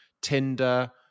Tinder